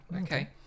okay